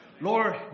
Lord